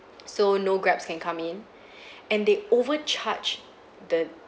so no grabs can come in and they overcharge the